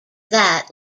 that